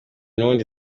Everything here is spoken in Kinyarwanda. nubundi